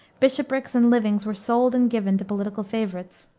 bishoprics and livings were sold and given to political favorites.